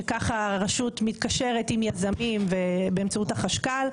כך שהרשות מתקשרת עם יזמים באמצעות החשכ"ל,